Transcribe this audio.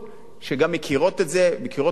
שגם מכירות את זה, מכירות את העבודה.